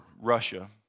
Russia